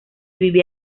vivía